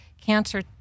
cancer